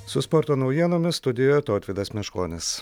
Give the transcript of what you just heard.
su sporto naujienomis studijoje tautvydas meškonis